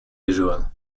usual